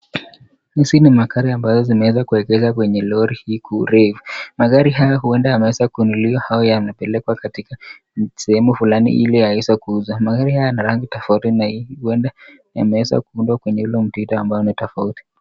Hizi ni magari ambazo zimeweza kuegezwa kwenye lori hii kuu refu, magari haya huenda yameweza kununuliwa au yanapelekwa katika sehemu fulani iliyaweze kuuzwa, magari yanarangi tofauti na huenda yameweza kuundwa kwenye ule mpita ambalo ni tofauti.